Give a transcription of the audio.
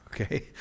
okay